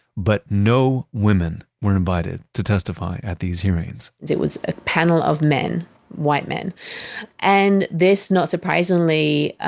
but no women were invited to testify at these hearings it was a panel of men white men and this, not surprisingly,